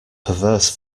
perverse